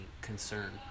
concern